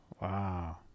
wow